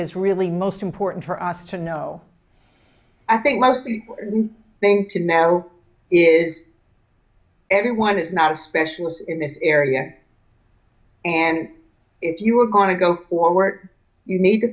is really most important for us to know i think most people think to now is everyone is not a specialist in this area and if you are going to go forward you need to